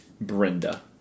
Brenda